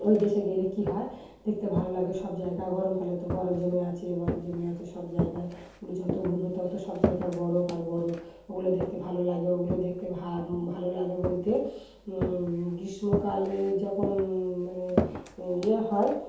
ওই দেশে গেলে কী হয় দেখতে ভালো লাগে সব জায়গা গরমকালে তো বরফ জমে আছে বরফ জমে আছে সব জায়গায় ওগুলো যত ঘুরবে তত সব জায়গায় বরফ আর বরফ ওগুলো দেখতে ভালো লাগে ওগুলো দেখতে ভা ভালো লাগে বলতে গ্রীষ্মকালে যখন মানে ইয়ে হয়